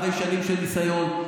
אחרי שנים של ניסיון,